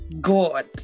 god